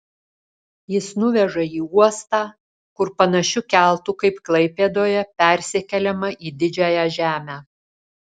jis nuveža į uostą kur panašiu keltu kaip klaipėdoje persikeliama į didžiąją žemę